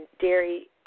dairy